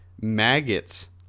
maggots